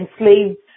enslaved